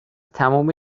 تموم